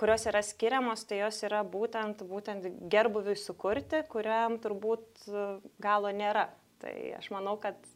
kurios yra skiriamos tai jos yra būtent būtent gerbūviui sukurti kuriam turbūt galo nėra tai aš manau kad